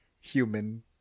human